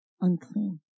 unclean